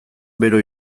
bero